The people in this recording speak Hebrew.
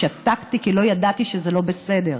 שתקתי כי לא ידעתי שזה לא בסדר.